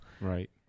Right